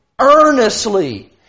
earnestly